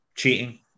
cheating